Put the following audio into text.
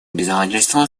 обязательство